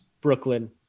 brooklyn